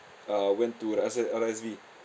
uh went to rasa R_S_V